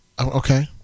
Okay